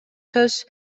сөз